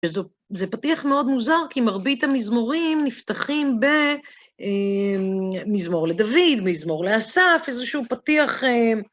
וזה פתיח מאוד מוזר, כי מרבית המזמורים נפתחים במזמור לדוד, מזמור לאסף, איזשהו פתיח...